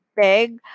big